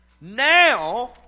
Now